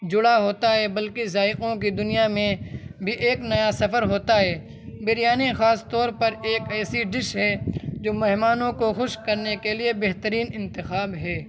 جڑا ہوتا ہے بلکہ ذائقوں کی دنیا میں بھی ایک نیا سفر ہوتا ہے بریانی خاص طور پر ایک ایسی ڈش ہے جو مہمانوں کو خوش کرنے کے لیے بہترین انتخاب ہے